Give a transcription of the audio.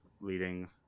leading